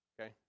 Okay